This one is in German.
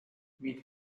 mit